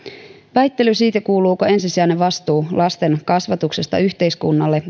väittely siitä kuuluuko ensisijainen vastuu lasten kasvatuksesta yhteiskunnalle